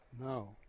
No